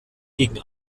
gegen